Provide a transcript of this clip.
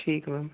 ਠੀਕ ਹੈ ਮੈਮ